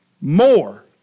more